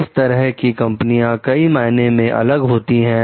इस तरह की कंपनियां कई मायनों में अलग होती हैं